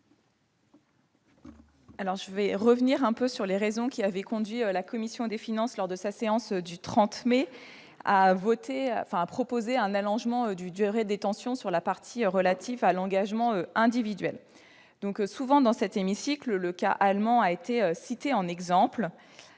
? Je veux revenir sur les raisons qui avaient conduit la commission des finances, lors de sa séance du 30 mai, à proposer un allongement de la durée de détention des titres relativement à l'engagement individuel. Souvent, dans cet hémicycle, le cas allemand a été cité en exemple.